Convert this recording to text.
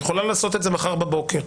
היא יכולה לעשות את זה מחר בבוקר.